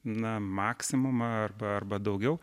na maksimumą arba arba daugiau